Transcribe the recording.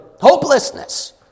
hopelessness